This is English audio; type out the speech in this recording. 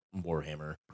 warhammer